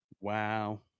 Wow